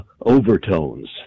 overtones